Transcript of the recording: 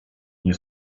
nie